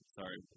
sorry